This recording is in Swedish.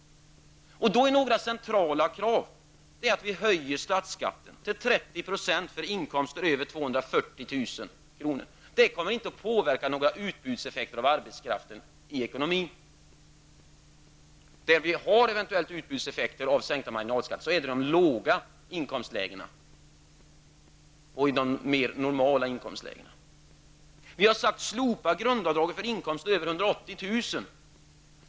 Då finns det några centrala krav. Vi höjer statsskatten till 30 % för inkomster över 240 000 kr. Detta kommer inte att påverka några utbudseffekter beträffande arbetskraften. Utbudseffekter vid sänkning av marginalskatterna förekommer i de låga inkomstlägena och de mer normala lägena. Vi har sagt att man bör slopa grundavdragen för inkomster över 180 000 kr.